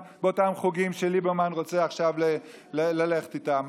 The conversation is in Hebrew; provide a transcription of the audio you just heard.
באותם חוגים שליברמן רוצה עכשיו ללכת איתם.